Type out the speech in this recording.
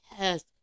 Yes